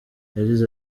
yagize